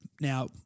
Now